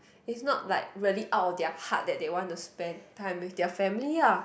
is not like really out of their heart that they want to spend time with their family lah